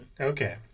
Okay